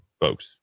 folks